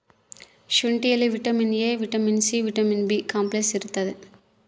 ಶುಂಠಿಯಲ್ಲಿ vitamin A vitamin C vitamin B complex ಇರ್ತಾದ